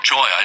Joy